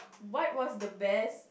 what was the best